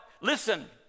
Listen